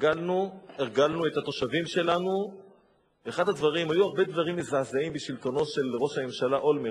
שאומרת את המלים האלה: "הסלמה בדרום בסוף השבוע האחרון",